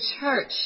Church